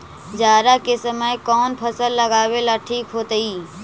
जाड़ा के समय कौन फसल लगावेला ठिक होतइ?